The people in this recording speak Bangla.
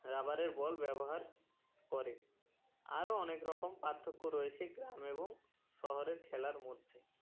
রাবারের বল ব্যবহার করে আরও অনেক রকম পার্থক্য রয়েছে গ্রাম এবং শহরের খেলার মধ্যে